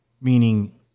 Meaning